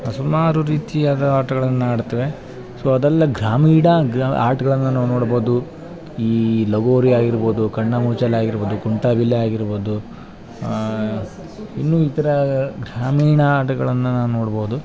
ಸುಮಾರು ರೀತಿಯಾದ ಆಟಗಳನ್ನು ಆಡ್ತೇವೆ ಸೊ ಅದೆಲ್ಲ ಗ್ರಾಮೀಣ ಗ್ರಾ ಆಟಗಳನ್ನ ನಾವು ನೋಡಬೊದು ಈ ಲಗೋರಿಯಾಗಿರ್ಬೋದು ಕಣ್ಣಾಮುಚ್ಚಾಲೆಯಾಗಿರ್ಬೋದು ಕುಂಟಾಬಿಲ್ಲೆಯಾಗಿರ್ಬೋದು ಇನ್ನೂ ಇತರ ಗ್ರಾಮೀಣ ಆಟಗಳನ್ನು ನಾವು ನೋಡ್ಬೌದು